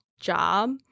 job